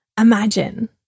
imagine